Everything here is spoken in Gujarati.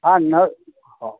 હા ન હા